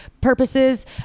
purposes